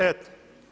Eto.